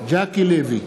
ז'קי לוי,